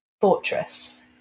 fortress